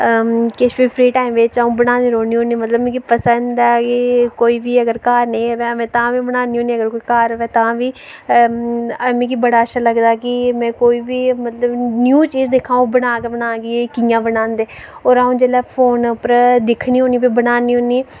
किश बी free time बिच में बनानी होन्नी मतलब मिगी पसंद ऐ कि कोई बी अगर घर निं कोई होऐ ता बी बनानी होन्नी ते अगर कोई घर होऐ तां बी बनानी होन्नी ते मिगी बड़ा अच्छा लगदा कि कोई बी चीज़ दिक्खां ते प्ही ओह् बनांऽ गै बनांऽ ते अं'ऊ जेल्लै फोन पर दिक्खनी होन्नी ते बनानी होन्नी